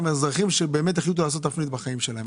אזרחים שהחליטו לעשות תפנית בחיים שלהם.